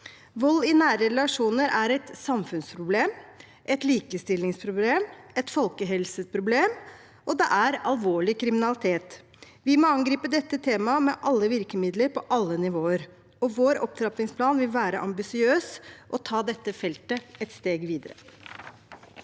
Vold i nære relasjoner er et samfunnsproblem, et likestillingsproblem og et folkehelseproblem, og det er alvorlig kriminalitet. Vi må angripe dette temaet med alle virkemidler på alle nivåer, og vår opptrappingsplan vil være ambisiøs og ta dette feltet et steg videre.